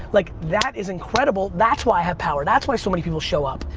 like that is incredible. that's why i have power. that's why so many people show up.